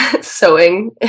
sewing